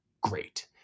great